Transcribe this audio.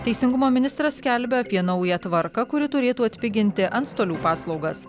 teisingumo ministras skelbia apie naują tvarką kuri turėtų atpiginti antstolių paslaugas